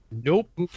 nope